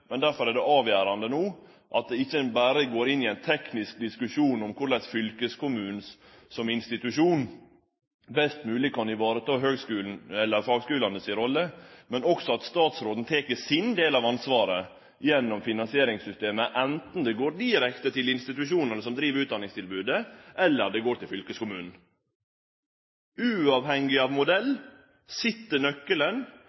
Men derfor er det avgjerande at ein no ikkje berre går inn i ein teknisk diskusjon om korleis fylkeskommunen som institusjon best mogleg kan vareta fagskulane si rolle, men også at statsråden tek sin del av ansvaret gjennom finansieringssystemet – anten det går direkte til institusjonane som driv utdanningstilbodet, eller det går til fylkeskommunen. Uavhengig av